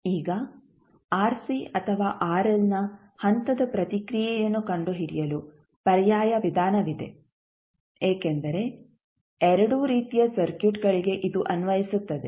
ಈಗ ಆರ್ಸಿ ಅಥವಾ ಆರ್ಎಲ್ನ ಹಂತದ ಪ್ರತಿಕ್ರಿಯೆಯನ್ನು ಕಂಡುಹಿಡಿಯಲು ಪರ್ಯಾಯ ವಿಧಾನವಿದೆ ಏಕೆಂದರೆ ಎರಡೂ ರೀತಿಯ ಸರ್ಕ್ಯೂಟ್ಗಳಿಗೆ ಇದು ಅನ್ವಯಿಸುತ್ತದೆ